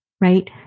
right